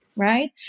right